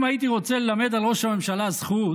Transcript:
אם הייתי רוצה ללמד על ראש הממשלה זכות